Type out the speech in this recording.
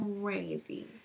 crazy